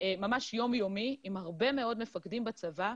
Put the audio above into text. ממש יום-יומי עם הרבה מאוד מפקדים בצבא.